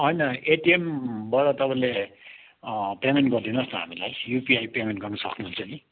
होइन एटिएमबाट तपाईँले पेमेन्ट गर्दिनुहोस् न हामीलाई युपिआई पेमेन्ट गर्न सक्नुहुन्छ नि